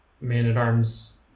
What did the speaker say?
man-at-arms